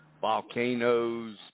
volcanoes